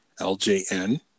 LJN